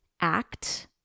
act